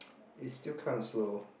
it's still kinda slow